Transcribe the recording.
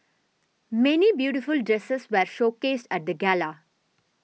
many beautiful dresses were showcased at the gala